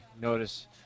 notice